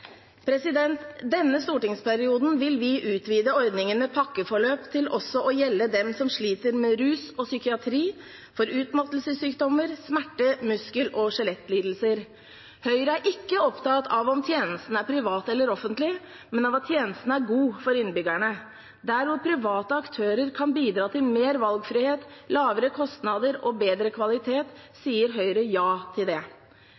Denne stortingsperioden vil vi utvide ordningen med pakkeforløp til også å gjelde dem som sliter med rus og psykiatri, og for utmattelsessykdommer, smerte-, muskel- og skjelettlidelser. Høyre er ikke opptatt av om tjenesten er privat eller offentlig, men av at tjenesten er god for innbyggerne. Der private aktører kan bidra til mer valgfrihet, lavere kostnader og bedre kvalitet, sier Høyre ja til det.